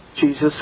Jesus